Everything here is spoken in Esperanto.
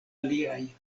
aliaj